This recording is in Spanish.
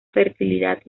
fertilidad